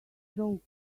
stroke